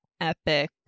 epic